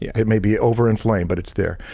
yeah it may be over inflamed but it's there.